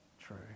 true